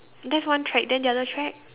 that's one track then the other track